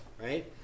right